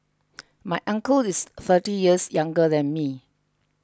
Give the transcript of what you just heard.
my uncle is thirty years younger than me